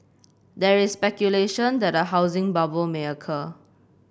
there is speculation that a housing bubble may occur